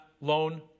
loan